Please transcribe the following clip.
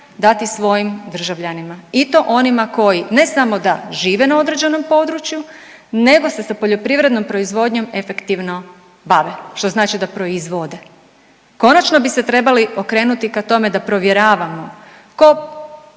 dati svojim državljanima i to onima koji ne samo da žive na određenom području, nego se sa poljoprivrednom proizvodnjom efektivno bave što znači da proizvode. Konačno bi se trebali okrenuti ka tome da provjeravamo tko